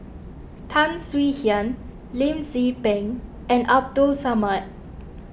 Tan Swie Hian Lim Tze Peng and Abdul Samad